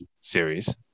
series